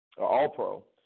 All-Pro